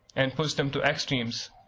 and push them to extremes.